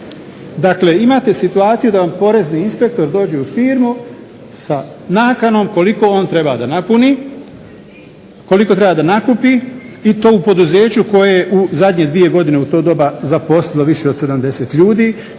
Dakle imate situaciju da vam porezni inspektor dođe u firmu sa nakanom koliko on treba da napuni, koliko treba da nakupi i to u poduzeću koje je u zadnje dvije godine u to doba zaposlilo više od 70 ljudi,